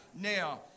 Now